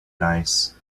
nice